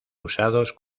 usados